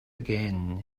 again